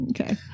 Okay